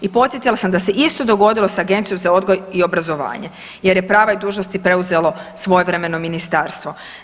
I podsjetila sam da se isto dogodilo s Agencijom za odgoj i obrazovanje jer je prava i dužnosti preuzelo svojevremeno ministarstvo.